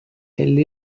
elle